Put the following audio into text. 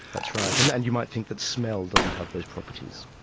that's right, and and you might think that smell doesn't have those properties.